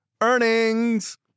earnings